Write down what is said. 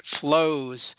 flows